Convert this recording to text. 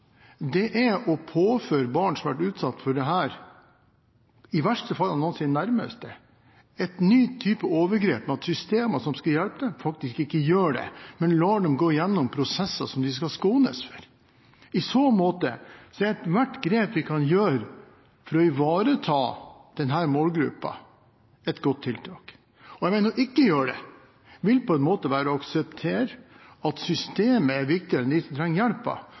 det verste man kan gjøre, er å påføre barn som har vært utsatt for dette, i verste fall av noen av sine nærmeste, en ny type overgrep ved at systemene som skal hjelpe dem, faktisk ikke gjør det, men lar dem gå igjennom prosesser som de skal skånes for. I så måte er ethvert grep vi kan ta for å ivareta denne målgruppen, et godt tiltak. Jeg mener at det å ikke gjøre det på en måte vil være å akseptere at systemet er viktigere enn dem som trenger